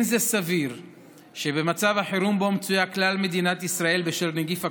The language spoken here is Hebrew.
לא סביר שבמצב החירום שבו מצויה כלל מדינת ישראל בשל נגיף הקורונה,